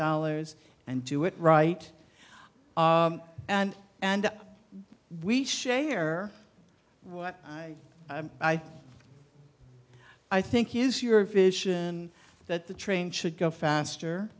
dollars and do it right and and we share what i buy i think is your vision that the train should go faster